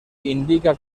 indica